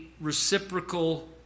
reciprocal